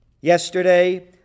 yesterday